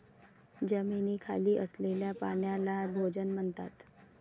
जमिनीखाली असलेल्या पाण्याला भोजल म्हणतात